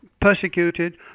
persecuted